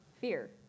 fear